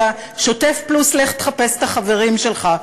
אלא שוטף פלוס לך תחפש את החברים שלך,